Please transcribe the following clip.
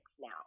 now